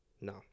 no